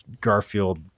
Garfield